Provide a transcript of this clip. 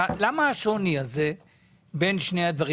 למה השוני בין שני הדברים?